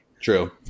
True